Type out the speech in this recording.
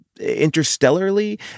interstellarly